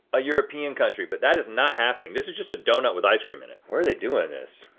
a european country but that is not happening. this is just a donut with ice cream in it. where are they doing this?